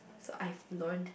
so I've learnt